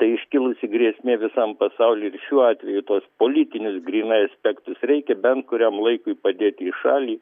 tai iškilusi grėsmė visam pasauliui ir šiuo atveju tuos politinius grynai aspektus reikia bent kuriam laikui padėti į šalį